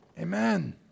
Amen